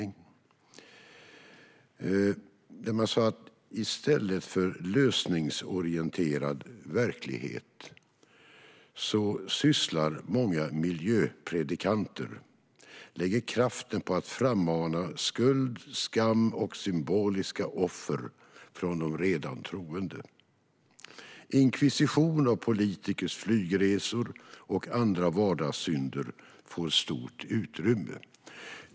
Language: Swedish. I den stod det: "I stället för lösningsorienterad verklighet lägger många miljöpredikanter kraften på att frammana skuld, skam och symboliska offer från de redan troende. Inkvisition av politikers flygresor och andra vardagssynder får stort utrymme."